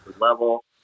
level